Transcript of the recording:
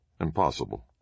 Impossible